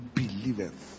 believeth